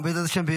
ובעזרת השם,